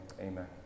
amen